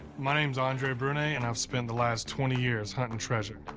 my name's andre brunet and i've spent the last twenty years hunting treasure.